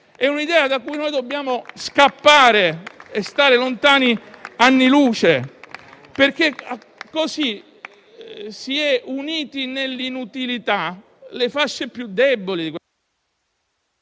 È un'idea da cui dobbiamo scappare e stare lontani anni luce, perché così si uniscono nell'inutilità le fasce più deboli della società: